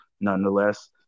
nonetheless